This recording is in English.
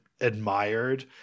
admired